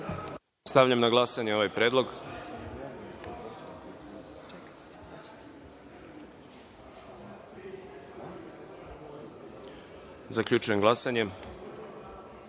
Stavljam na glasanje ovaj predlog. Zaključujem glasanje